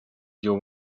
your